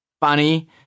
funny